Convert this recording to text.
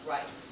Right